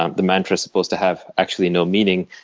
um the mantra is supposed to have actually no meaning.